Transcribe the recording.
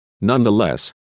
Nonetheless